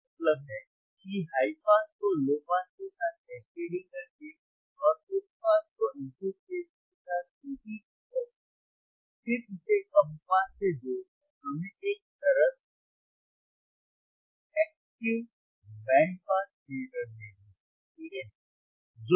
इसका मतलब है कि हाई पास को लो पास के साथ कैस्केडिंग करके और उच्च पास को amplification के साथ एकीकृत करके फिर इसे कम पास से जोड़कर हमें एक सरल बैंड फिल्टर देगा ठीक है